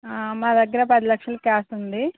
మా దగ్గర పది లక్షల క్యాష్ ఉంది